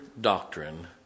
doctrine